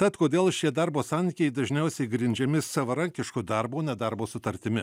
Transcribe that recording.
tad kodėl šie darbo santykiai dažniausiai grindžiami savarankišku darbu o ne darbo sutartimi